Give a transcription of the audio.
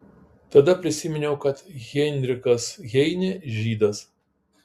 tada prisiminiau kad heinrichas heinė žydas